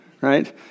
right